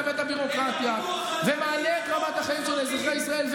ואת הביורוקרטיה ומעלה את רמת החיים של אזרחי ישראל.